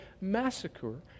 massacre